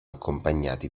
accompagnati